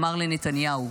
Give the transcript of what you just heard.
אמר לנתניהו: